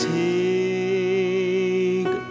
take